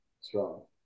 strong